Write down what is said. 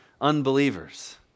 unbelievers